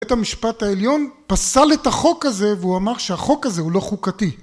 בית המשפט העליון פסל את החוק הזה והוא אמר שהחוק הזה הוא לא חוקתי